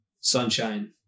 Sunshine